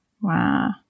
Wow